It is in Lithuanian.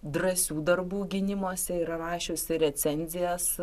drąsių darbų gynimuose ir rašiusi recenzijas